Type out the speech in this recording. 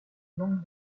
longue